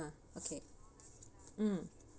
uh okay um